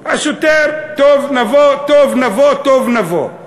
השוטר: טוב, נבוא, טוב, נבוא, טוב, נבוא.